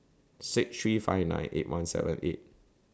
six three five nine eight one seven eight